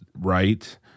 right